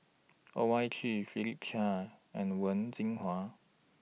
Owyang Chi Philip Chia and Wen Jinhua